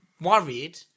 worried